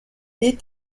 est